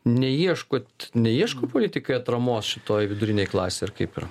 neieškot neieško politikai atramos šitoj vidurinėj klasėj ar kaip yra